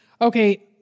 Okay